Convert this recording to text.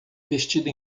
vestido